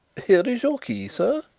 here is your key, sir.